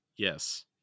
Yes